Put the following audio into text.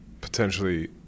potentially